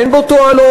אין בו תועלות,